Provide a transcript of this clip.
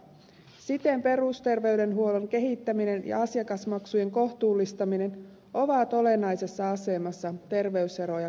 siten perusterveydenhuollon kehittäminen ja asiakasmaksujen kohtuullistaminen ovat olennaisessa asemassa terveyseroja kavennettaessa